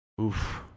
Oof